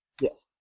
Yes